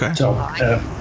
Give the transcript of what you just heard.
Okay